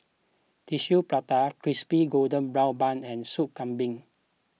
Tissue Prata Crispy Golden Brown Bun and Sup Kambing